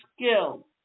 skill